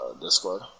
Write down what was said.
Discord